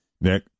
Nick